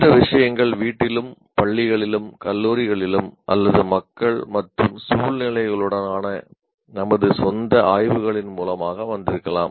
இந்த விஷயங்கள் வீட்டிலும் பள்ளிகளிலும் கல்லூரிகளிலும் அல்லது மக்கள் மற்றும் சூழ்நிலைகளுடனான நமது சொந்த ஆய்வுகளின் மூலமாக வந்திருக்கலாம்